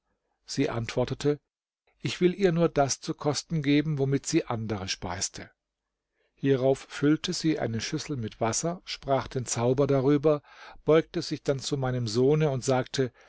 sie antwortete ich will ihr nur das zu kosten geben womit sie andere speiste hierauf füllte sie eine schüssel mit wasser sprach den zauber darüber beugte sich dann zu meinem sohne und sagte